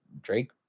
Drake